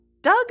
Doug